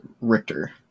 Richter